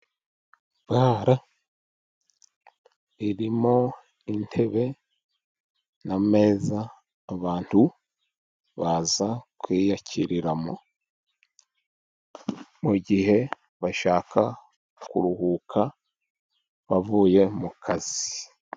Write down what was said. Bare irimo intebe n'ameza abantu baza kwiyakiriramo mu gihe bashaka kuruhuka bavuye mu kazi.